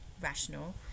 rational